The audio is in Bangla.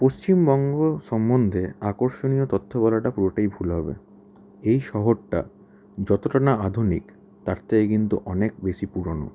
পশ্চিমবঙ্গ সম্বন্ধে আকর্ষণীয় তথ্য বলাটা পুরোটাই ভুল হবে এই শহরটা যতটা না আধুনিক তার থেকে কিন্তু অনেক বেশি পুরোনো